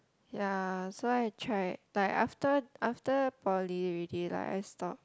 ya so I tried but after after poly already lah I stop